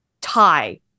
Thai